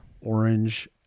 Orange